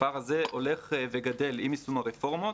הפער הזה הולך וגדל עם יישום הרפורמות.